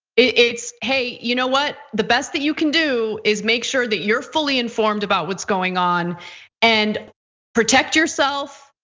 it's hey, you know what the best that you can do is make sure that you're fully informed about what's going on and protect yourself.